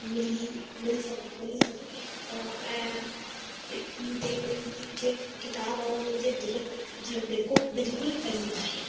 मिली मिल सघी मिली सघी ऐं जेको किताबु आहे उहो मुंहिंजे दिलि जे बेको बिल्कुलु क़रीबु आहे